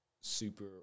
super